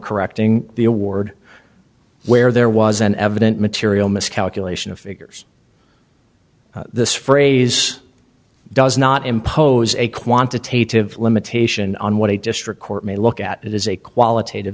correcting the award where there was an evident material miscalculation of figures this phrase does not impose a quantitative limitation on what a district court may look at it is a qualit